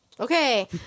Okay